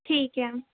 ਠੀਕ ਹੈ